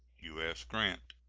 u s. grant.